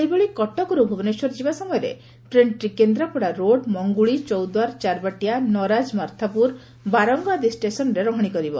ସେହିଭଳି କଟକର୍ ଭୁବନେଶ୍ୱର ଯିବା ସମୟରେ ଟ୍ରେନ୍ଟି କେନ୍ଦ୍ରାପଡ଼ା ରୋଡ ମଙ୍ଗୁଳି ଚୌଦ୍ୱାର ଚାରବାଟିଆ ନରାକ ମାର୍ଥାପୁର ବାରଙ୍ଙ ଆଦି ଷ୍ଟେସନ୍ରେ ରହଶି କରିବ